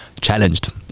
challenged